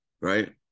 right